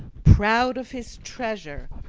proud of his treasure,